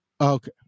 Okay